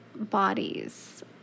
bodies